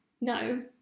No